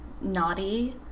naughty